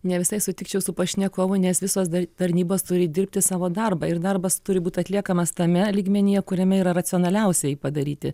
ne visai sutikčiau su pašnekovu nes visos tarnybos turi dirbti savo darbą ir darbas turi būt atliekamas tame lygmenyje kuriame yra racionaliausia jį padaryti